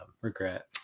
regret